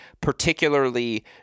particularly